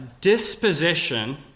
disposition